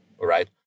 right